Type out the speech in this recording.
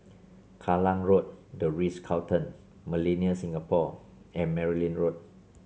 Kallang Road The Ritz Carlton Millenia Singapore and Merryn Road